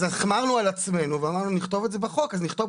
אז החמרנו על עצמנו ואמרנו שנכתוב את זה בחוק.